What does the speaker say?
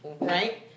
right